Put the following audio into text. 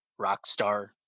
Rockstar